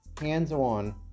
hands-on